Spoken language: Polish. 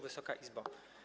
Wysoka Izbo!